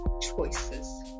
Choices